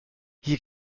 hier